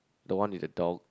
the one with a dog